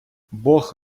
бог